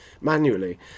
manually